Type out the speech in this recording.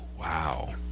wow